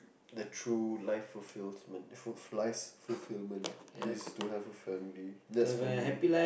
the true life fulfillment full~ life's fulfillment is to have a family